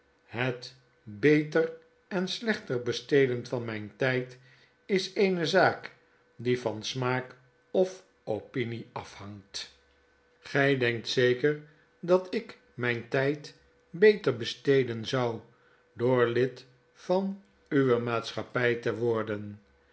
het beter en slechter besteden van mijn tgd is eene zaak die van smaak of opinie afhangt gg denkt zeker dat ik mp tgd beter besteden zou door lid van uwe maatschappg te worden